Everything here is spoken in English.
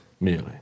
Merely